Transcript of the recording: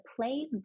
play